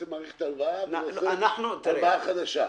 מאריך את ההלוואה ויוצר הלוואה חדשה.